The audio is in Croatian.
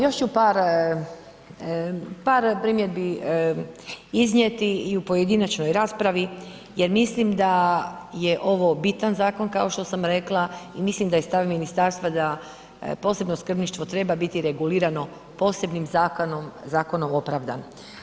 Još ću par, par primjedbi iznijeti i u pojedinačnoj raspravi jer mislim da je ovo bitan zakon kao što sam rekla i mislim da je stav ministarstva da posebno skrbništvo treba biti regulirano posebnim zakonom, zakonom opravdan.